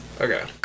Okay